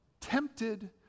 tempted